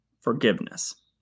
forgiveness